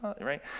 right